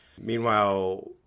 Meanwhile